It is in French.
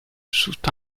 jouent